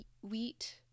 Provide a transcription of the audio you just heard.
wheat